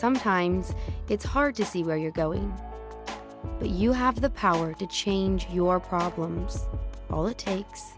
sometimes it's hard to see where you're going but you have the power to change your problems all it takes